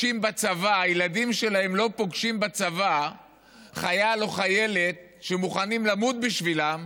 הילדים שלהם לא פוגשים בצבא חייל או חיילת שמוכנים למות בשבילם,